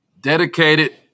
Dedicated